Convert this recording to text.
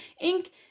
Ink